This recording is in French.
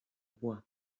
voix